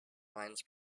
lines